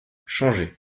changé